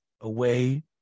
away